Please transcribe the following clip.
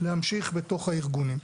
להמשיך בתוך הארגונים.